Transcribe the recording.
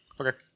okay